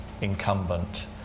incumbent